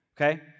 Okay